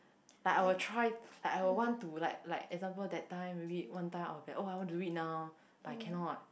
like I will try like I will want to like like example that time maybe one time I will be like !wah! I want to read now but I cannot